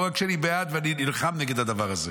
לא רק שאני בעד, אני גם נלחם נגד הדבר הזה.